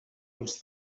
als